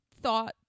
thought